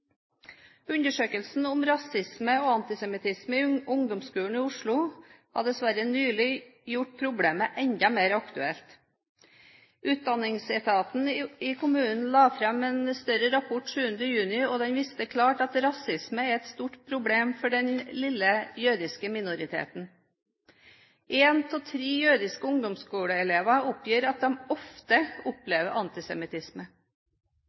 Undersøkelsen om rasisme og antisemittisme i ungdomsskolen i Oslo har dessverre nylig gjort problemet enda mer aktuelt. Utdanningsetaten i kommunen la fram en større rapport 7. juni, og den viste klart at rasisme er et stort problem for den lille jødiske minoriteten. En av tre jødiske ungdomsskoleelever oppgir at de ofte